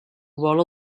vol